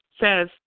says